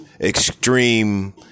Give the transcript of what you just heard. extreme